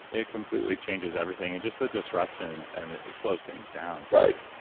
it completely changes everything and just the disruption and it slows things down. right.